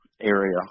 area